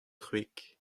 kwreg